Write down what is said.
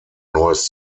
neues